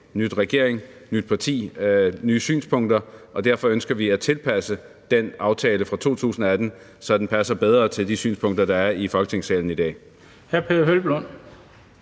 ny regering, et nyt parti, nye synspunkter, og derfor ønsker vi at tilpasse den aftale fra 2018, så den passer bedre til de synspunkter, der er i Folketingssalen i dag.